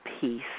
peace